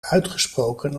uitgesproken